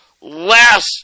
less